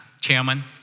Chairman